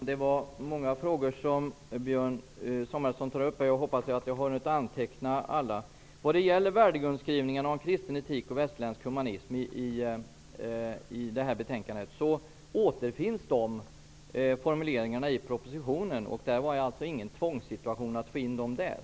Herr talman! Det var många frågor som Björn Samuelson berörde. Jag hoppas att jag har hunnit anteckna alla. Vad gäller skrivningarna i detta betänkande om en värdegrund i form av kristen etik och västerländsk humanism återfinns de formuleringarna i propositionen, och det var inte någon tvångssituation för att få in dem där.